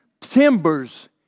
timbers